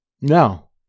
No